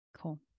Cool